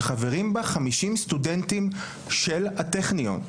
שחברים בה חמישים סטודנטים של הטכניון,